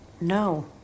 No